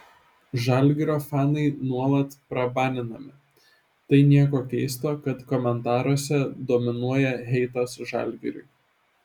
žalgirio fanai nuolat prabaninami tai nieko keisto kad komentaruose dominuoja heitas žalgiriui